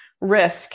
Risk